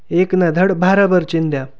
एक न धड भाराभर चिंंध्या